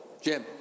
Jim